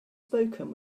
spoken